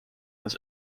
his